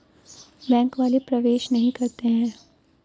Bank वाले प्रवेश नहीं करते हैं?